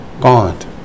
God